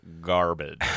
garbage